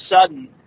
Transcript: sudden –